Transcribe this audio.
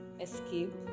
escape